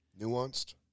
Nuanced